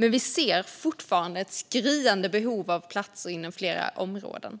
Men vi ser fortfarande ett skriande behov av platser inom flera områden. Jag kan